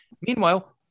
Meanwhile